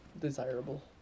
desirable